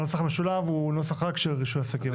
הנוסח המשולב הוא נוסח רק של רישוי עסקים.